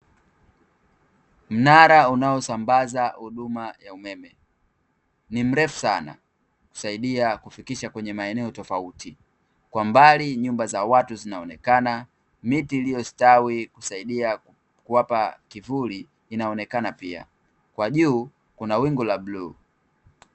Mnara unaosambaza huduma ya umeme, ni mrefu sana husaidia kufikisha kwenye maeneo tofauti, kwa mbali nyumba za watu zinaonekana, miti iliyostawi husaidia kuwapa kivuli inaonekana pia, kwa juu kuna wingu la buluu.